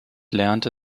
lernte